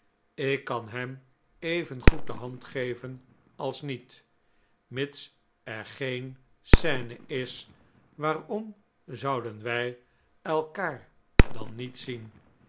ik kan hem evengoed de hand geven als niet mits er geen scene is waarom zouden wij elkaar dan niet zien